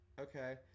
okay